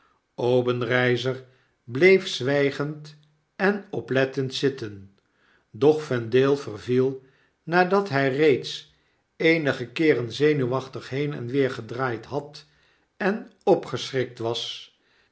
obenreizer bleef zwygend en oplettend zitten doch vendale verviel nadat hij reeds eenige keeren zenuwachtig heen en weer gedraaid had en opgeschrikt was